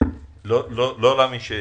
לא להאמין.